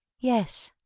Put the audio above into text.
yes.